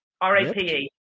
R-A-P-E